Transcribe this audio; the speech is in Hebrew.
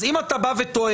אז אם אתה בא וטוען,